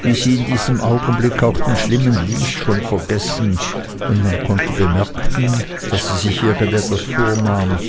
wie sie in diesem augenblick auch den schlimmen lys schon vergessen und man konnte bemerken daß sie sich irgend etwas vornahm